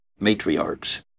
Matriarchs